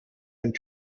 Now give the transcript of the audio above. einen